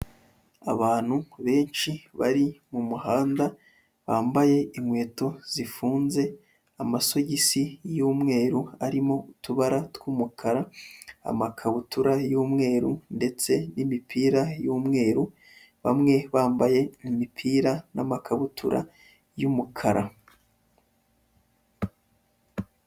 Abantu benshi bari mu muhanda, bambaye inkweto zifunze, amasogisi y'umweru arimo utubara tw'umukara, amakabutura y'umweru ndetse n'imipira y'umweru, bamwe bambaye imipira n'amakabutura y'umukara.